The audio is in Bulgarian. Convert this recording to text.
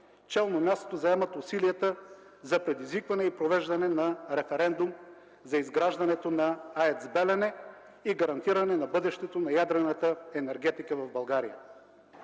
челно място заемат усилията за предизвикване и провеждане на референдум за изграждането на АЕЦ „Белене” и гарантиране на бъдещето на ядрената енергетика в България.